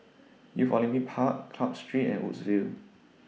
Youth Olympic Park Club Street and Woodsville